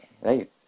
Right